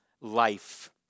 life